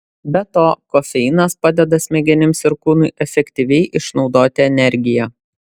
be to kofeinas padeda smegenims ir kūnui efektyviai išnaudoti energiją